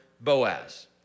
Boaz